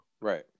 Right